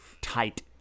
tight